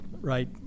right